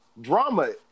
drama